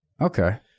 Okay